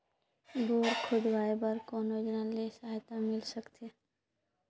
Bore खोदवाय बर कौन योजना ले सहायता मिल सकथे?